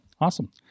awesome